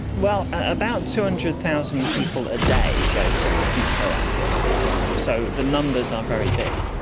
well, about two hundred thousand people a day go through heathrow airport alone, so the numbers are very big.